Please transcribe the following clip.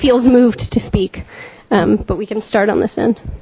feels moved to speak but we can start on this end